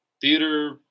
Theater